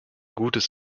gutes